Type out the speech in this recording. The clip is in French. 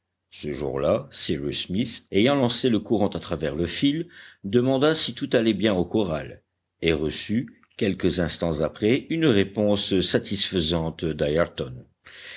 ce jour-là cyrus smith ayant lancé le courant à travers le fil demanda si tout allait bien au corral et reçut quelques instants après une réponse satisfaisante d'ayrton